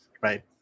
Right